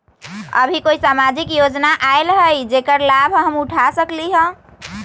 अभी कोई सामाजिक योजना आयल है जेकर लाभ हम उठा सकली ह?